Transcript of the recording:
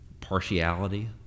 partiality